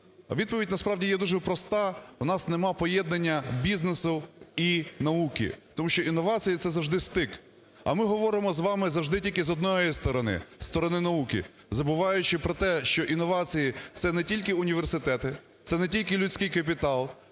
Відповідь насправді є дуже проста: у нас немає поєднання бізнесу і науки, тому що інновації – це завжди стик. А ми говоримо з вами завжди тільки з одної сторони – з сторони науки, забуваючи про те, що інновації – це не тільки університети, це не тільки людський капітал,